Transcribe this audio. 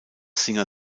singer